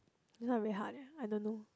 this one a bit hard eh I don't know